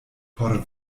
por